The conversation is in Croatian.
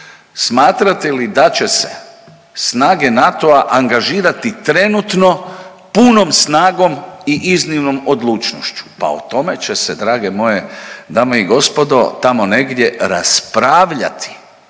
smatrate li da će se snage NATO-a angažirati trenutno punom snagom i iznimnom odlučnošću. Pa o tome će se drage moje dame i gospodo tamo negdje raspravljati.